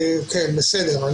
בסדר.